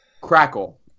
crackle